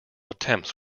attempts